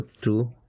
true